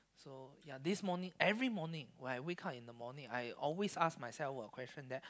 so ya this morning every morning when I wake up in the morning I always ask myself a question that